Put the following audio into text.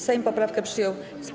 Sejm poprawkę przyjął.